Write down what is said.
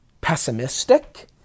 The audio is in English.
pessimistic